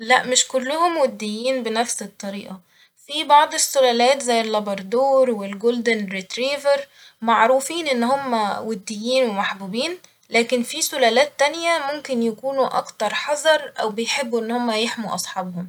لأ مش كلهم وديين بنفس الطريقة ، في بعض السلالات زي اللابردور والجولدن ريتريفر معروفين إن هما وديين ومحبوبين ، لكن في سلالات تانية ممكن يكونوا أكتر حذر أو بيحبوا إن هم يحموا أصحابهم